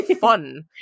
fun